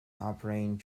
operating